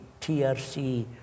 TRC